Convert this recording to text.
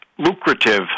lucrative